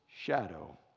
shadow